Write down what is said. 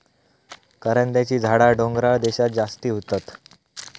करांद्याची झाडा डोंगराळ देशांत जास्ती होतत